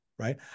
right